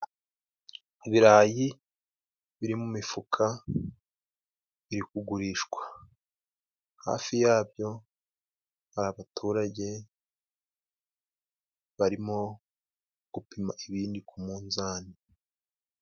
Ibirayi biri mu mifuka biri kugurishwa, hafi yabyo hari abaturage barimo gupima ibindi ku munzani.